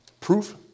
Proof